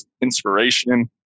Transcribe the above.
inspiration